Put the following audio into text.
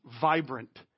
vibrant